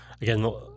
again